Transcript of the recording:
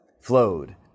flowed